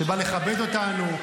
שבא לכבד אותנו.